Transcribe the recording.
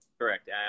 Correct